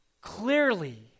clearly